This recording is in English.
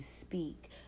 speak